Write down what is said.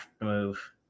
move